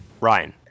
Ryan